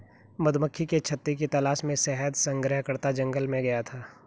मधुमक्खी के छत्ते की तलाश में शहद संग्रहकर्ता जंगल में गया था